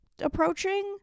approaching